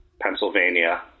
Pennsylvania